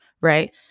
right